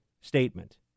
statement